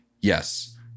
yes